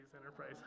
Enterprise